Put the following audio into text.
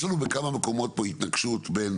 בכמה מקומות כאן יש התנגשות בין